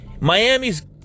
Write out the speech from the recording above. Miami's